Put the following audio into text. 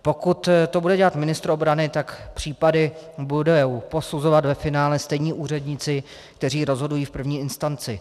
Pokud to bude dělat ministr obrany, tak případy budou posuzovat ve finále stejní úředníci, kteří rozhodují v první instanci.